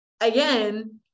again